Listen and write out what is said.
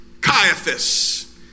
Caiaphas